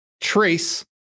trace